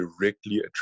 directly